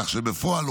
כך שבפועל,